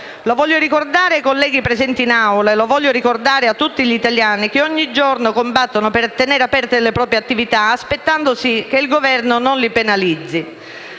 Lo voglio ricordare ai colleghi presenti in Aula e lo voglio ricordare agli italiani, che ogni giorno combattono per tenere aperte le proprie attività, aspettandosi che il Governo non li penalizzi.